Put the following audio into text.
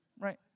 right